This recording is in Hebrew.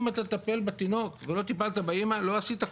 אם אתה תטפל בתינוק ולא טיפלת באמא, לא עשית כלום.